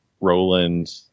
Roland